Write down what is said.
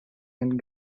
and